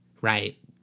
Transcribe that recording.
right